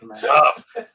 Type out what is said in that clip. tough